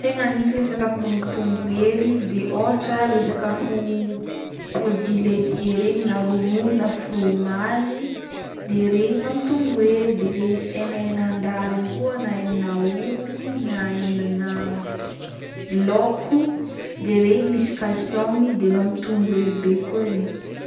Tegna misy le sakafo mampitombo hery de ôhatra le sakafo produit laitier regny na ronono na fromage i de regny mampitombo hery de le s- henahenan-draha regny koa na henan'aomby na henana laoko de regny misy calcium i de mampitombo hery be koa regny.